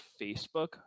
Facebook